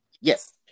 Yes